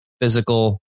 physical